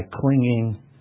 clinging